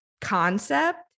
concept